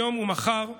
היום ומחר,